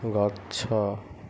ଗଛ